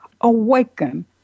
Awaken